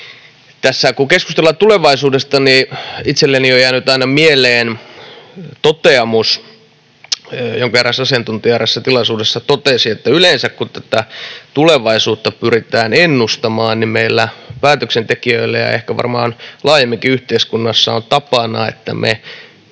oli. Kun keskustellaan tulevaisuudesta, niin itselleni on jäänyt mieleen toteamus, jonka eräs asiantuntija eräässä tilaisuudessa totesi, että yleensä kun tulevaisuutta pyritään ennustamaan, niin meillä päätöksentekijöillä ja ehkä varmaan laajemminkin yhteiskunnassa on tapana, että me